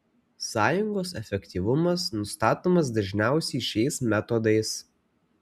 sąjungos efektyvumas nustatomas dažniausiai šiais metodais